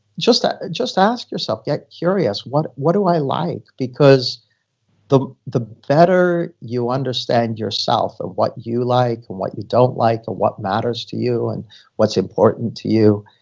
just ah just ask yourself, get curious, what what do i like? because the the better you understand yourself of what you like, and what you don't like, or what matters to you, and what's important to you,